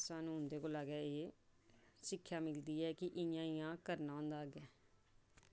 सानूं उं'दे कोला गै एह् सिक्खेआ मिलदी ऐ कि इ'यां इ'यां करना होंदा अग्गें